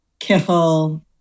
kiffle